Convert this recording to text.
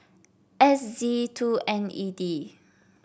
S Z two N E D